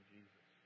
Jesus